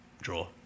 Draw